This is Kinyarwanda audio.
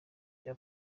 bya